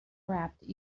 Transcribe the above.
wrapped